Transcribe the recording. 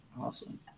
Awesome